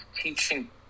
teaching